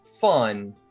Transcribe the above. fun